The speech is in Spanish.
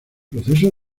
proceso